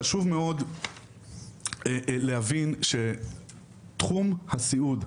חשוב מאוד להבין שתחום הסיעוד,